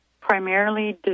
primarily